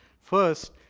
first,